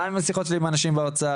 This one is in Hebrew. גם השיחות שלי עם אנשים באוצר,